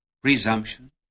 presumption